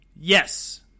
Yes